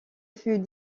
fut